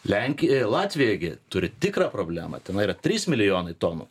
lenkija latvija gi turi tikrą problemą tenai yra trys milijonai tonų